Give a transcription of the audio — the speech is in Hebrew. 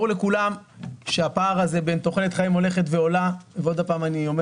ברור לכולם שהפער הזה בין תוחלת חיים הולכת ועולה - ושוב אני אומר